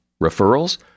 Referrals